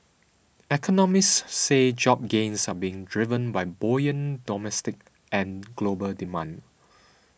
economists say job gains are being driven by buoyant domestic and global demand